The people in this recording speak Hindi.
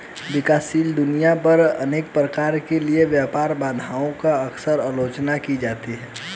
विकासशील दुनिया पर उनके प्रभाव के लिए व्यापार बाधाओं की अक्सर आलोचना की जाती है